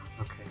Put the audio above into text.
okay